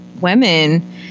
women